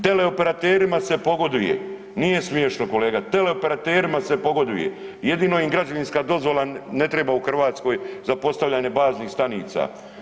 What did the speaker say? Teleoperaterima se pogoduje, nije smiješno kolega, teleoperaterima se pogoduje, jedino im građevinska dozvola ne treba u Hrvatskoj za postavljanje baznih stanica.